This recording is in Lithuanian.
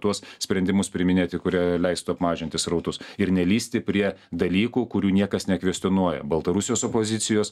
tuos sprendimus priiminėti kurie leistų apmažinti srautus ir nelįsti prie dalykų kurių niekas nekvestionuoja baltarusijos opozicijos